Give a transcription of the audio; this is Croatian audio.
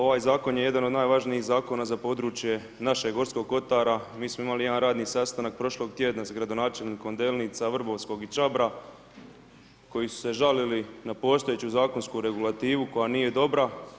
Ovaj zakon je jedan od najvažnijih zakona za područje našeg Gorskog kotara mi smo imali jedan radni sastanak prošlog tjedna sa gradonačelnikom Delnica, Vrbovskog i Čabra koji su se žalili na postojeću zakonsku regulativu koja nije dobra.